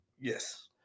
Yes